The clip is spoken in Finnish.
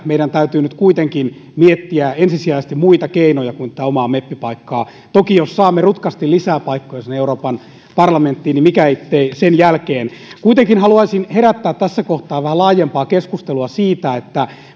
meidän täytyy nyt kuitenkin miettiä ensisijaisesti muita keinoja kuin tätä omaa meppipaikkaa toki jos saamme rutkasti lisää paikkoja sinne euroopan parlamenttiin niin mikä ettei sen jälkeen kuitenkin haluaisin herättää tässä kohtaa vähän laajempaa keskustelua siitä